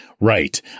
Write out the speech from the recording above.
right